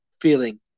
feeling